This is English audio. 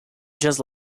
just